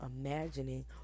imagining